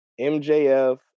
MJF